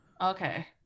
Okay